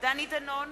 דני דנון,